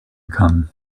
kann